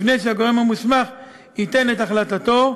לפני שהגורם המוסמך ייתן את החלטתו,